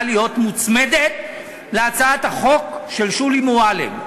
להיות מוצמדת להצעת החוק של שולי מועלם.